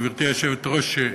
גברתי היושבת-ראש,